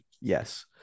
Yes